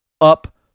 up